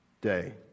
day